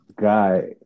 Guy